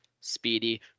speedy